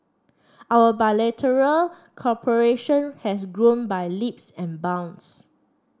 our bilateral cooperation has grown by leaps and bounds